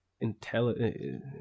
intelligent